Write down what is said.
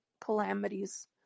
calamities